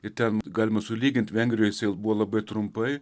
ir ten galima sulygint vengrijoj jis buvo labai trumpai